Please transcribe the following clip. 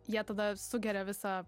jie tada sugeria visą